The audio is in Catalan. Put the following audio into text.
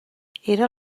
era